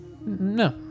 no